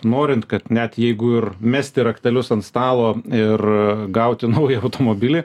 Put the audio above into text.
norint kad net jeigu ir mesti raktelius ant stalo ir gauti naują automobilį